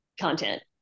content